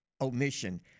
omission